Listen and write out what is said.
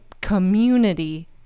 community